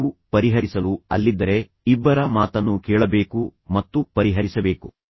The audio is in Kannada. ನೀವು ಅದನ್ನು ಪರಿಹರಿಸಲು ಅಲ್ಲಿದ್ದರೆ ನೀವು ಇಬ್ಬರ ಮಾತನ್ನೂ ಕೇಳಬೇಕು ಮತ್ತು ನಂತರ ಅದನ್ನು ಪರಿಹರಿಸಬೇಕು